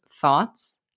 thoughts